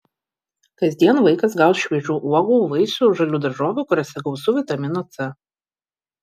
kasdien vaikas gaus šviežių uogų vaisių žalių daržovių kuriose gausu vitamino c